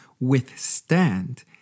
withstand